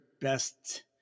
best